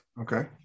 Okay